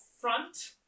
front